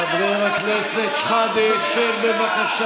אתה שואל, אני עונה לך.